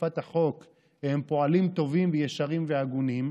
אכיפת החוק הם פועלים טובים וישרים והגונים,